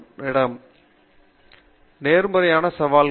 பேராசிரியர் பிரதாப் ஹரிதாஸ் நேர்மறை சவால்கள்